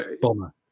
Bomber